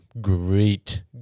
great